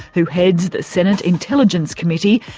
who heads the senate intelligence committee,